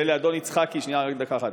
ולאדון יצחקי, אז, שנייה, רק דקה אחת.